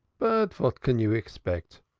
but vat can you expect?